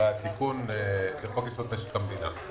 בתיקון לחוק יסוד: משק המדינה.